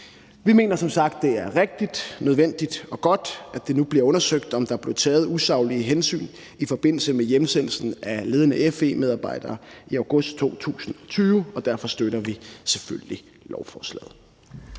Vi mener som sagt, at det er rigtigt, nødvendigt og godt, at det nu bliver undersøgt, om der blev taget usaglige hensyn i forbindelse med hjemsendelsen af ledende FE-medarbejdere i august 2020, og derfor støtter vi selvfølgelig lovforslaget.